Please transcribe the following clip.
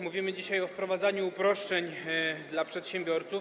Mówimy dzisiaj o wprowadzaniu uproszczeń dla przedsiębiorców.